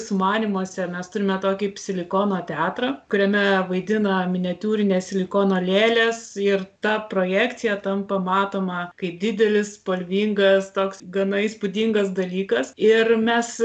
sumanymuose mes turime tokį psilikono teatrą kuriame vaidina miniatiūrinės silikono lėlės ir ta projekcija tampa matoma kaip didelis spalvingas toks gana įspūdingas dalykas ir mes